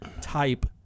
type